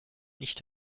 nicht